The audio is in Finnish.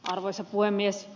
arvoisa puhemies